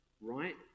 right